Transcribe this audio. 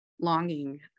longing